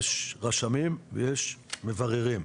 יש רשמים ויש מבררים.